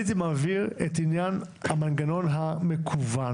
אני הייתי מעביר את עניין המנגנון המקוון,